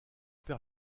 père